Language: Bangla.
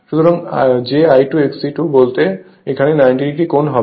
সুতরাং jI2XE2 বলতে এখাণে 90⁰ কোণ হবে